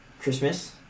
Christmas